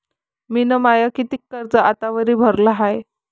मिन माय कितीक कर्ज आतावरी भरलं हाय?